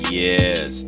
yes